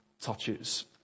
touches